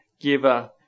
giver